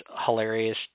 hilarious